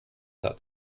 hat